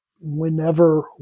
whenever